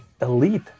elite